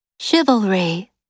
Chivalry